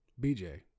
BJ